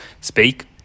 speak